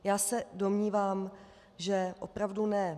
Já se domnívám, že opravdu ne.